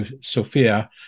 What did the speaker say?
Sophia